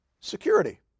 security